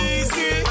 easy